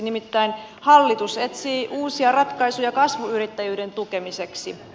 nimittäin hallitus etsii uusia ratkaisuja kasvuyrittäjyyden tukemiseksi